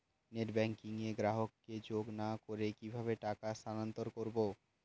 Net banking এ গ্রাহককে যোগ না করে কিভাবে টাকা স্থানান্তর করব?